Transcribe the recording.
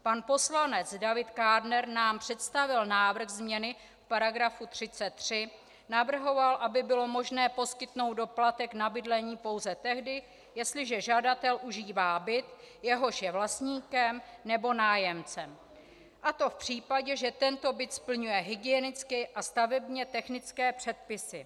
Pan poslanec David Kádner nám představil návrh změny v § 33, navrhoval, aby bylo možné poskytnout doplatek na bydlení pouze tehdy, jestliže žadatel užívá byt, jehož je vlastníkem nebo nájemcem, a to v případě, že tento byt splňuje hygienické a stavebně technické předpisy.